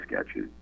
sketches